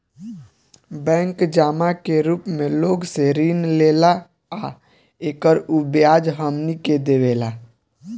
bank जमा के रूप मे लोग से ऋण लेला आ एकर उ ब्याज हमनी के देवेला